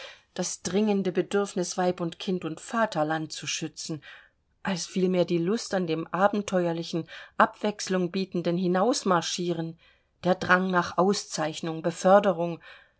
das dringende bedürfnis weib und kind und vaterland zu schützen als vielmehr die lust an dem abenteuerlichen abwechslung bietenden hinausmarschieren der drang nach auszeichnung beförderung